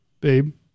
babe